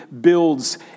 builds